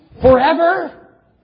forever